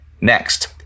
Next